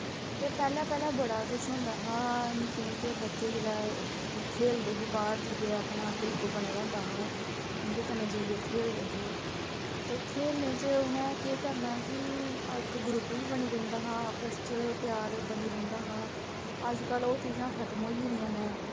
ते पैह्लैं पैह्लैं बड़ा किश होंदा हा निक्के निक्के बच्चे जिल्लै खेलदे हे बाह्र जाइयै अपना ग्रुप बने दा होंदा हा उं'दे कन्नै जाइयै खेलदे हे ते खेलनै च उ'नैं केह् करना कि इक ग्रुप बी बनी रौंह्दा हा आपस च प्यार बनी रौंह्दा हा अजकल ओह् चीज़ां खत्म होई गेदियां नै